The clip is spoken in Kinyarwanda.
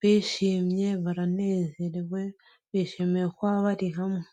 bishimye baranezerewe bishimiye kuba bari hamwe.